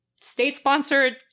state-sponsored